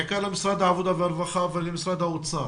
בעיקר למשרד העבודה והרווחה ולמשרד האוצר.